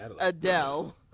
Adele